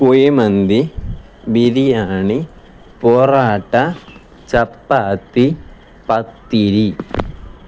kuzhimanthi biryani parotta chapati പത്തിരി